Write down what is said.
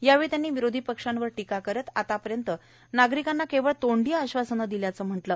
यावेळी त्यांनी विरोधी पक्षांवर टीका करीत आतापर्यंत नागरीकांना केवळ तोंडी आश्वासन मिळाल्याचं मोदी म्हणाले